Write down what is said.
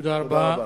תודה רבה.